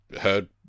heard